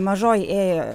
mažoji ėjo